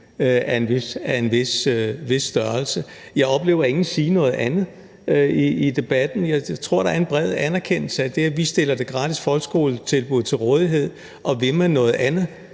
af en vis størrelse. Jeg oplever ikke, at nogen siger noget andet i debatten. Jeg tror, at der er en bred anerkendelse af det, at vi stiller det gratis folkeskoletilbud til rådighed, og at vil man noget andet,